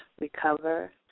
recover